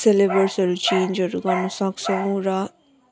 सेलेबसहरू चेन्जहरू गर्न सक्छौँ र